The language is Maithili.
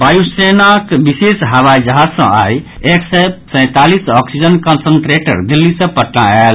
वायु सेनाक विशेष हवाई जहाज सँ आई एक सय सैंतालीस ऑक्सीजन कंसंट्रेटर दिल्ली सँ पटना आयल